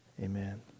Amen